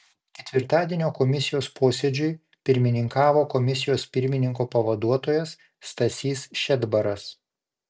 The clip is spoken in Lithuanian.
ketvirtadienio komisijos posėdžiui pirmininkavo komisijos pirmininko pavaduotojas stasys šedbaras